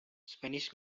spanish